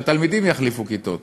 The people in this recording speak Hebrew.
שהתלמידים יחליפו כיתות.